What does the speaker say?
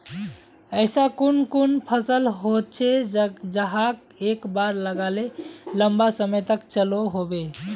ऐसा कुन कुन फसल होचे जहाक एक बार लगाले लंबा समय तक चलो होबे?